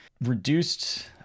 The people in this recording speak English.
reduced